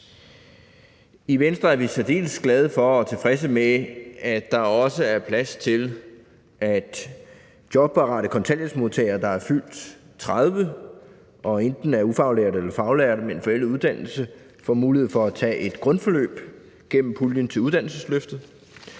I Venstre er vi særdeles glade for og tilfredse med, at der også er plads til, at jobparate kontanthjælpsmodtagere, der er fyldt 30 år og enten er ufaglærte eller faglærte med en forældet uddannelse, får mulighed for at tage et grundforløb gennem puljen til uddannelsesløftet,